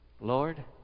Lord